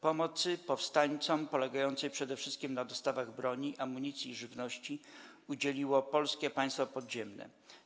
Pomocy powstańcom, polegającej przede wszystkim na dostawach broni, amunicji i żywności, udzieliło Polskie Państwo Podziemne.